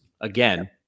Again